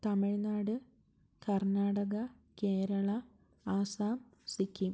Tamil Nadu Karnataka Keralam Assam Sikkim